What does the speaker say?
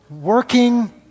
Working